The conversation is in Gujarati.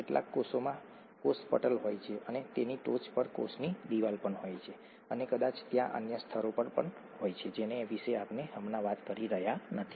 કેટલાક કોષોમાં કોષ પટલ હોય છે અને તેની ટોચ પર કોષની દિવાલ પણ હોય છે અને કદાચ ત્યાં અન્ય સ્તરો પણ હોય છે જેના વિશે આપણે હમણાં વાત કરી રહ્યા નથી